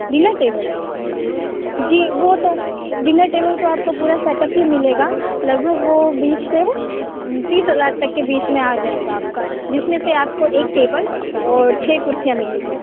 बिना टेबल जी वह तो बिना टेबल तो आपको पूरा सेटअप ही मिलेगा लगभग वह बीस से तीस हज़ार तक के बीच में आ जाएगा आपका जिसमें से आपको एक टेबल और छः कुर्सियाँ मिलेगी